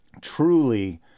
truly